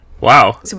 Wow